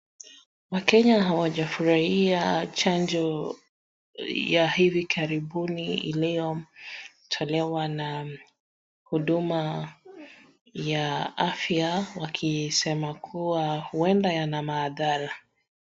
Wakenya hawajafurahia chanjo ya hivi karibuni iliyotolewa na huduma ya afya wakisema kuwa huenda yana madhara.